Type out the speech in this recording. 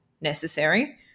necessary